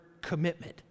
commitment